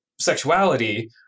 sexuality